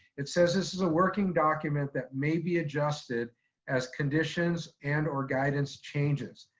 it says, this is a working document that may be adjusted as conditions and or guidance changes.